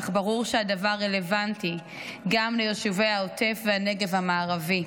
אך ברור שהדבר רלוונטי גם ליישובי העוטף והנגב המערבי.